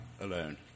alone